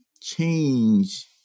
change